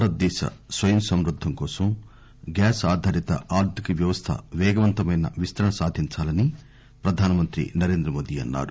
భారతదేశ స్వయం సమృద్దం కోసం గ్యాస్ ఆధారిత ఆర్థిక వ్యవస్థ పేగవంతమైన విస్తరణ సాధించాలని ప్రధానమంత్రి నరేంద్రమోదీ అన్నారు